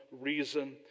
reason